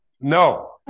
no